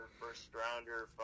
first-rounder